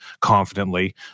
confidently